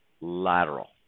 Lateral